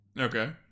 Okay